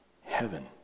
heaven